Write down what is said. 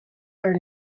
are